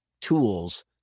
tools